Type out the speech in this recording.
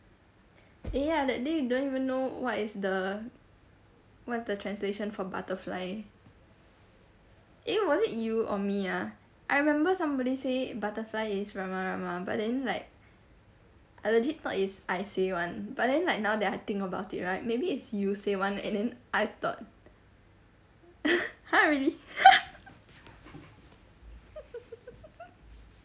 eh ya that day you don't even know what is the what is the translation for butterfly eh was it you or me ah I remember somebody say butterfly is rama-rama but then like I legit thought it's I say [one] but then like now that I think about it right maybe it's you said one eh then I thought !huh! really